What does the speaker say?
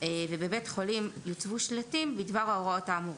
ובבית החולים יוצבו שלטים בדבר ההוראות האמורות.